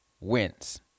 wins